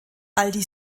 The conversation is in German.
aldi